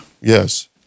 Yes